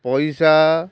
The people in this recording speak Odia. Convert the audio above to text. ପଇସା